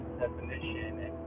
definition